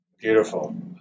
Beautiful